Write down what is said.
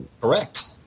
Correct